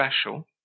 special